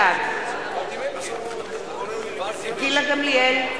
בעד גילה גמליאל,